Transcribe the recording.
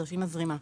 תרשים הזרימה.